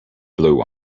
blue